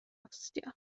gostio